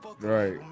Right